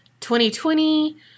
2020